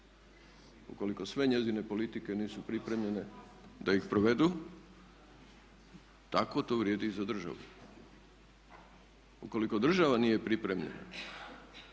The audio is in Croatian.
ukoliko sve njezine politike nisu pripremljene da ih provedu tako to vrijedi i za državu. Ukoliko država nije pripremljena